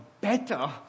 better